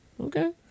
okay